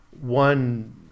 one